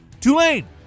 Tulane